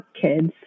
kids